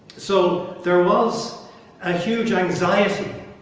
so there was a huge anxiety.